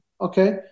okay